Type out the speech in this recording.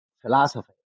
philosophy